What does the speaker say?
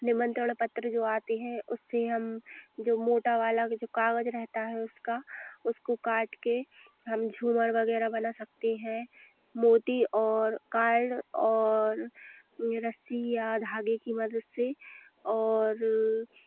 निमंत्रण पत्र जो आते हैं उससे हम जो मोटा वाला जो कागज रहता है उसका उसको काट के हम झूमर वगैरह बना सकते हैं मोती और कार्ड और रस्सी या धागे की मदद से और